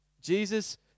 Jesus